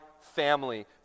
family